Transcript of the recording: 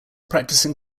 practising